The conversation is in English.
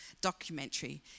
documentary